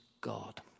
God